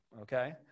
okay